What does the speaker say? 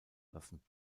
lassen